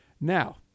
Now